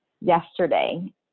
yesterday